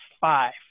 five